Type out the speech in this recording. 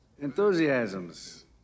Enthusiasms